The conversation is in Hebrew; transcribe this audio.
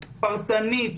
פרטנית,